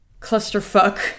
clusterfuck